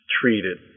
treated